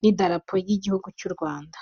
n'idarapo ry'Igihugu cy'u Rwanda.